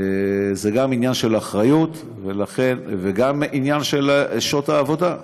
זה גם עניין של אחריות וגם עניין של שעות העבודה.